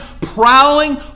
prowling